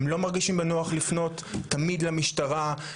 הם לא מרגישים בנוח לפנות תמיד למשטרה,